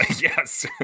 yes